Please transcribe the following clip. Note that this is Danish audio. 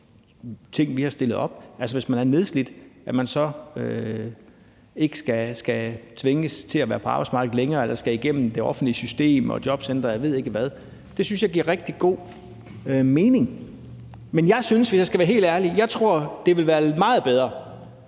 ting, vi har stillet op, altså at man, hvis man er nedslidt, så ikke skal tvinges til at være på arbejdsmarkedet længere eller at skulle igennem det offentlige system og jobcentre, og jeg ved ikke hvad. Det synes jeg giver rigtig god mening. Men jeg tror, hvis jeg skal være helt ærlig, det ville være meget bedre,